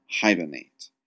hibernate